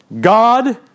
God